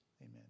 amen